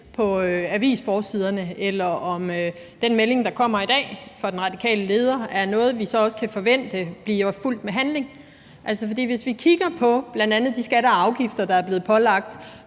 på avisforsiderne, eller om den melding, der kommer i dag fra den radikale leder, er noget, vi så også kan forvente bliver efterfulgt af handling. For hvis vi kigger på bl.a. de skatter og afgifter, der er blevet pålagt